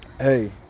hey